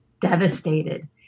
devastated